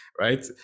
right